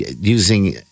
using